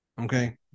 Okay